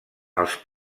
els